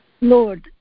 Lord